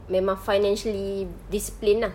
memang financially disciplined lah